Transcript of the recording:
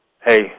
Hey